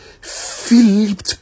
Philip